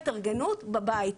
התארגנות בבית.